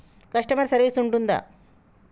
Customer service ఉంటుందా?